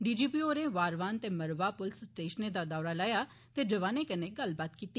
DGP होरें र्वावान ते र्मावाह पुलस स्टेशन दा दौरा लाया ते जौआने कन्नै गल्ल बात कीती